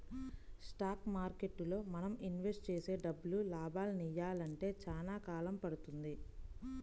stock మార్కెట్టులో మనం invest చేసే డబ్బులు లాభాలనియ్యాలంటే చానా కాలం పడుతుంది